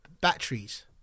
batteries